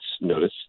notice